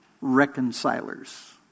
reconcilers